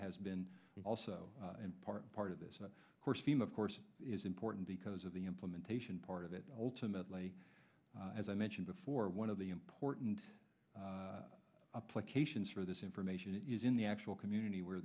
has been also part part of this of course team of course is important because of the implementation part of it ultimately as i mentioned before one of the important apply cations for this information is in the actual community where